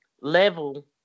level